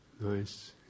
nice